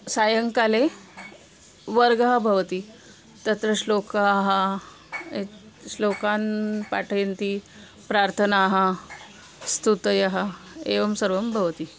सायङ्काले वर्गः भवति तत्र श्लोकाः श्लोकान् पाठयन्ति प्रार्थनाः स्तुतयः एवं सर्वं भवति